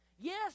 Yes